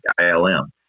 ILM